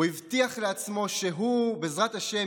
הוא הבטיח לעצמו שבעזרת השם,